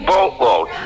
Boatload